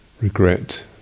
regret